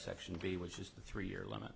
section b which is the three year limit